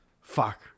Fuck